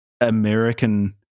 American